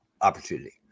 opportunity